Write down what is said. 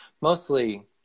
mostly